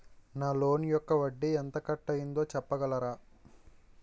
నా లోన్ యెక్క వడ్డీ ఎంత కట్ అయిందో చెప్పగలరా?